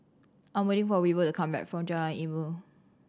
I'm waiting for Weaver to come back from Jalan Ilmu